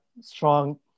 strong